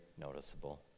noticeable